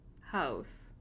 house